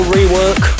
Rework